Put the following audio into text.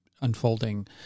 unfolding